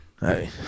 Hey